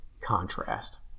contrast